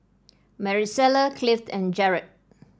Maricela Cliff and Jarod